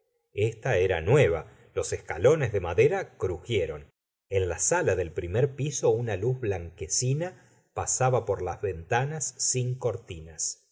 esta era nueva los escalones de madera crujieron en la sala del primer piso una luz blanquecina pasaba por las ventanas sin cortinas